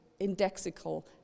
indexical